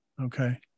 Okay